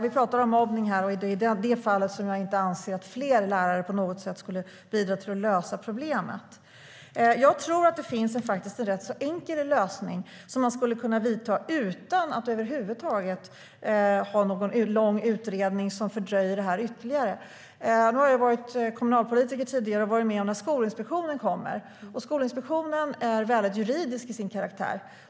Vi pratar om mobbning, och det är i det fallet jag inte anser att fler lärare på något sätt skulle bidra till att lösa problemen. Jag har tidigare varit kommunalpolitiker och varit med om när Skolinspektionen kommer. Den är väldigt juridisk till sin karaktär.